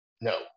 No